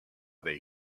they